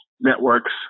networks